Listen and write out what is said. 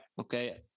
okay